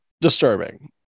disturbing